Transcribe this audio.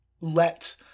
let